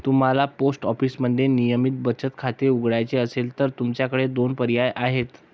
तुम्हाला पोस्ट ऑफिसमध्ये नियमित बचत खाते उघडायचे असेल तर तुमच्याकडे दोन पर्याय आहेत